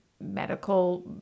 medical